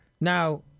Now